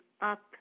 up